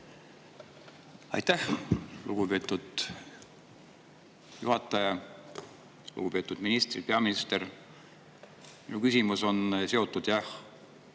Aitäh, lugupeetud juhataja! Lugupeetud ministrid, peaminister! Minu küsimus on seotud